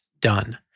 done